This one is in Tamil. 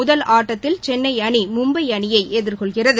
முதல் ஆட்டத்தில் சென்னை அணி மும்பை அணியை எதிர்கொள்கிறது